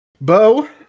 Bo